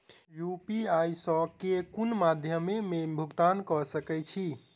UPI सऽ केँ कुन मध्यमे मे भुगतान कऽ सकय छी?